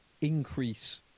increase